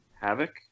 havoc